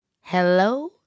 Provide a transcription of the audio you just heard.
Hello